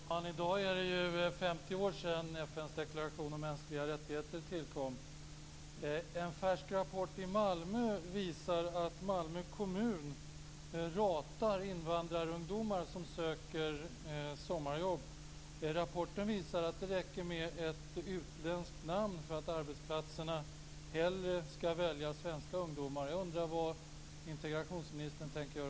Fru talman! I dag är det 50 år sedan FN:s deklaration om mänskliga rättigheter tillkom. En färsk rapport i Malmö visar att Malmö kommun ratar invandrarungdomar som söker sommarjobb. Rapporten visar att det räcker med ett utländskt namn för att man på arbetsplatserna hellre skall välja svenska ungdomar.